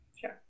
Sure